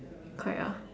correct ah